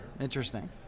Interesting